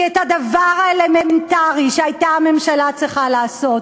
כי את הדבר האלמנטרי שהייתה הממשלה צריכה לעשות,